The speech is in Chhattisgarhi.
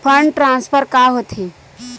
फंड ट्रान्सफर का होथे?